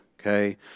okay